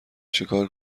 چیکار